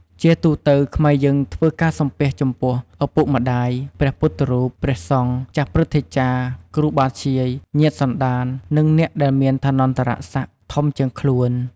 ជាទូទៅខ្មែរយើងធ្វើការសំពះចំពោះ ឪពុកម្តាយ ព្រះពុទ្ធរូប ព្រះសង្ឃ ចាស់ព្រឹទ្ធាចារ្យ គ្រូបាធ្យាយ ញាតិសន្តាន និង អ្នកដែលមានឋានន្តរសក្តិធំជាងខ្លួន។